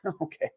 Okay